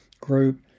group